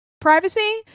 privacy